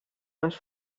els